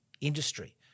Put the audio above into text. industry